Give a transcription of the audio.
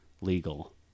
legal